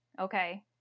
okay